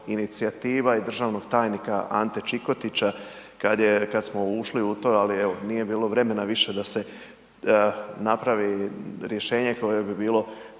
inicijativa i državnog tajnika Ante Čikotića kad smo ušli u to, al evo nije bilo vremena više da se napravi rješenje koje bi bilo